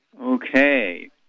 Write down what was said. Okay